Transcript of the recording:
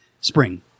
spring